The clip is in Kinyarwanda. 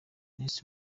miss